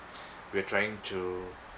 we're trying to